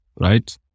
right